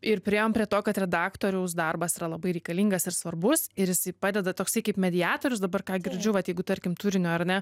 ir priėjom prie to kad redaktoriaus darbas yra labai reikalingas ir svarbus ir jisai padeda toksai kaip mediatorius dabar ką girdžiu vat jeigu tarkim turinio ar ne